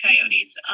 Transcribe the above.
Coyotes